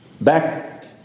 Back